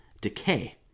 decay